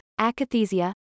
akathisia